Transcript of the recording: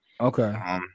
Okay